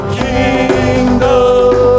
kingdom